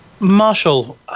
Marshall